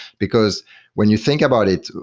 because when you think about it,